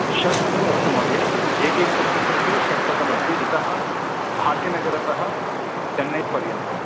षट्शतमस्ति महोदय एकैकस्य कृते षट्शतमस्ति इतः भाग्यनगरतः चेन्नैपर्यन्तं